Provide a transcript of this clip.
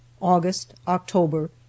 August-October